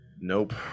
Nope